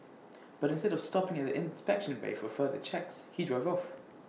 but instead of stopping at the inspection bay for further checks he drove off